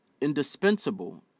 indispensable